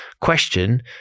question